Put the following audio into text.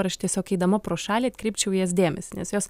ar aš tiesiog eidama pro šalį atkreipčiau į jas dėmesį nes jos